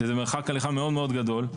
שזה מרחק הליכה מאוד מאוד גדול,